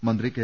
മന്ത്രി കെ